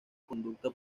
conducta